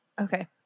Okay